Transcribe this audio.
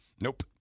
Nope